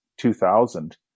2000